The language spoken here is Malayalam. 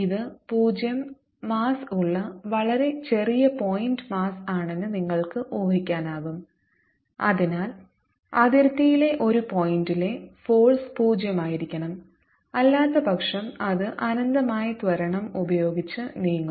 ഇത് പൂജ്യo മാസ്സ് ഉള്ള വളരെ ചെറിയ പോയിന്റ് മാസ്സ് ആണെന്ന് നിങ്ങൾക്ക് ഊഹിക്കാനാകും അതിനാൽ അതിർത്തിയിലെ ഒരു പോയിന്റിലെ ഫോഴ്സ് പൂജ്യമായിരിക്കണം അല്ലാത്തപക്ഷം അത് അനന്തമായ ത്വരണം ഉപയോഗിച്ച് നീങ്ങും